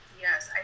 Yes